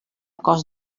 cos